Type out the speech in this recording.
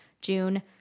June